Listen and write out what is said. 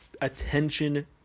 attention